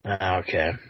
Okay